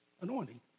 anointing